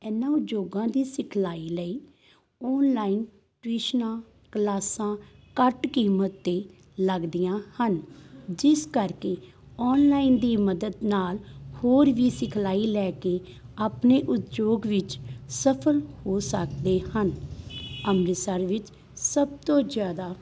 ਇਨ੍ਹਾਂ ਉਦਯੋਗਾਂ ਦੀ ਸਿਖਲਾਈ ਲਈ ਔਨਲਾਈਨ ਟਿਊਸ਼ਨਾ ਕਲਾਸਾਂ ਘੱਟ ਕੀਮਤ 'ਤੇ ਲੱਗਦੀਆਂ ਹਨ ਜਿਸ ਕਰਕੇ ਔਨਲਾਈਨ ਦੀ ਮਦਦ ਨਾਲ ਹੋਰ ਵੀ ਸਿਖਲਾਈ ਲੈ ਕੇ ਆਪਣੇ ਉਦਯੋਗ ਵਿੱਚ ਸਫਲ ਹੋ ਸਕਦੇ ਹਨ ਅੰਮ੍ਰਿਤਸਰ ਵਿੱਚ ਸਭ ਤੋਂ ਜ਼ਿਆਦਾ